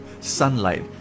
Sunlight